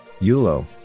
yulo